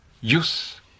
use